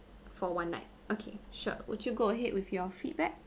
for one night okay sure would you go ahead with your feedback